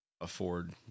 afford